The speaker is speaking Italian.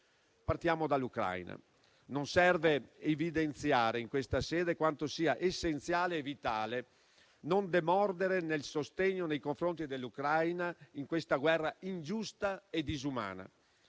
Partiamo dall'Ucraina: non serve evidenziare in questa sede quanto sia essenziale e vitale non demordere nel sostegno nei confronti dell'Ucraina in questa guerra ingiusta e disumana.